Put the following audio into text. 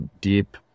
deep